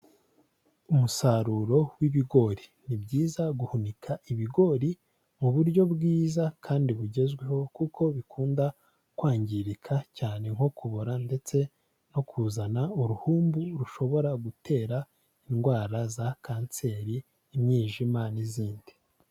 Umusaruro w'ibigori ni byiza guhunika ibigori mu buryo bwiza kandi bugezweho, kuko bikunda kwangirika cyane nko kubora ndetse no kuzana uruhumbu rushobora gutera indwara za kanseri, imyijima n'izindi.